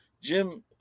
Jim